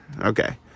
Okay